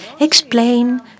explain